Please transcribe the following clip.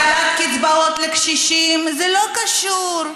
הגדלת קצבאות לקשישים, זה לא קשור.